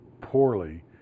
poorly